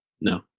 No